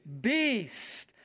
beast